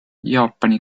jaapani